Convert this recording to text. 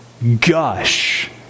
Gush